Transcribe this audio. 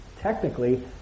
technically